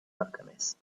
alchemist